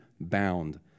bound